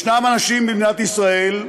ישנם אנשים במדינת ישראל,